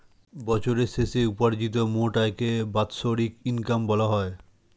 বছরের শেষে উপার্জিত মোট আয়কে বাৎসরিক ইনকাম বলা হয়